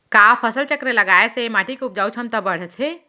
का फसल चक्र लगाय से माटी के उपजाऊ क्षमता बढ़थे?